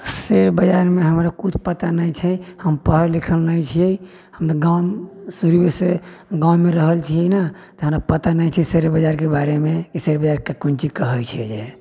share बाजारमे हमर कुछ पता नहि छै हम पढ़ल लिखल नहि छियै हम तऽ गाम शुरूयेसँ गाँवमे रहल छियै ने तऽ हमरा पता नहि छै शेयर बाजारके बारेमे कि शेयर बाजार कुन चीज कऽ हय छै जे